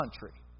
country